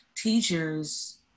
teachers